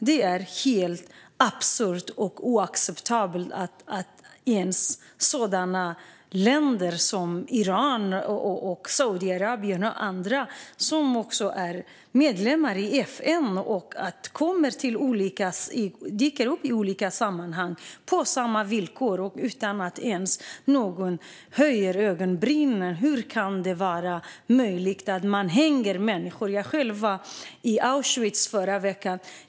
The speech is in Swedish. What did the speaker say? Det är helt absurt och oacceptabelt att länder som Iran, Saudiarabien och andra som också är medlemmar i FN dyker upp i olika sammanhang på samma villkor utan att någon ens höjer ögonbrynen. Hur kan det vara möjligt att man hänger människor? Jag själv var i Auschwitz förra veckan.